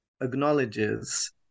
acknowledges